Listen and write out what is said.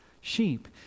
sheep